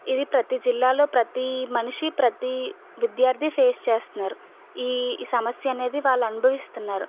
ఇది ప్రతి జిల్లాలో ప్రతి మనిషి ప్రతి విద్యార్థి ఫేస్ చేస్తున్నారు ఈ సమస్య అనేది వాళ్ళు అనుభవిస్తున్నారు